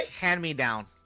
hand-me-down